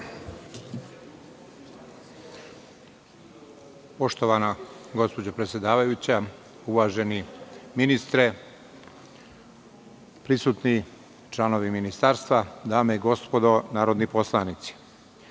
Poštovana gospođo predsedavajuća, uvaženi ministre, prisutni članovi ministarstva, dame i gospodo narodni poslanici,